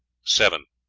seven.